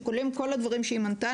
שכוללים את כל הדברים שהיא מנתה,